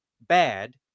bad